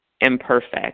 imperfect